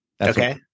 okay